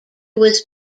was